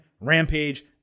Rampage